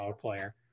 player